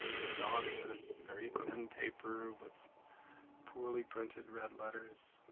have gone to very thin paper with poorly printed red letters.